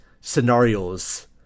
scenarios